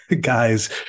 guys